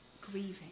grieving